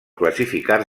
classificar